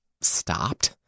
stopped